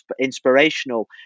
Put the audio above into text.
inspirational